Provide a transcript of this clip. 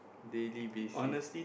daily basis